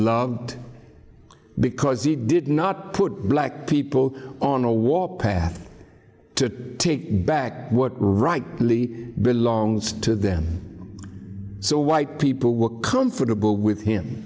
loved because he did not put black people on a war path to take back what rightly belongs to them so white people were comfortable with him